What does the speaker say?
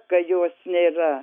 kai jos nėra